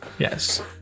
Yes